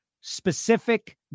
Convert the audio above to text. specific